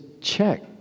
check